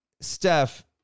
Steph